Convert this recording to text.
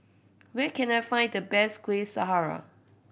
where can I find the best Kuih Syara